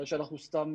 הרי שאנחנו סתם